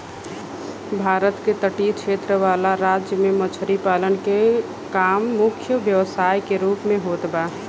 भारत के तटीय क्षेत्र वाला राज्य में मछरी पालन के काम मुख्य व्यवसाय के रूप में होत बा